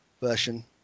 version